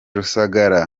rusagara